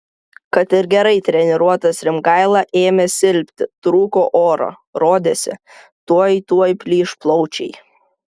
kad ir gerai treniruotas rimgaila ėmė silpti trūko oro rodėsi tuoj tuoj plyš plaučiai